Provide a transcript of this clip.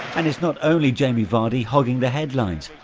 and it's not only jamie vardy hogging the headlines.